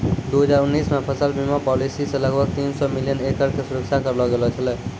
दू हजार उन्नीस मे फसल बीमा पॉलिसी से लगभग तीन सौ मिलियन एकड़ के सुरक्षा करलो गेलौ छलै